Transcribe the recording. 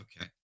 Okay